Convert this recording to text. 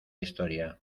historia